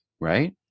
right